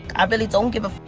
i really don't give a